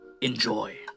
Enjoy